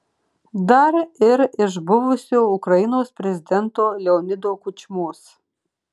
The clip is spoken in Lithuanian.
dar ir iš buvusio ukrainos prezidento leonido kučmos